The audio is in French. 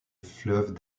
fleuves